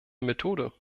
methode